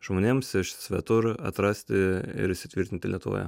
žmonėms iš svetur atrasti ir įsitvirtinti lietuvoje